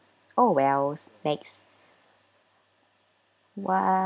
oh wells next !wah!